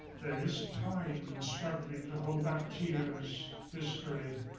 there is time ah struggling to hold back tears, history,